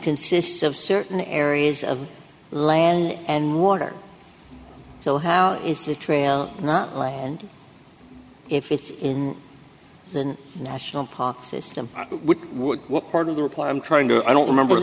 consists of certain areas of land and water so how is the trail not and if it's in the national park system which would what part of the reply i'm trying to i don't remember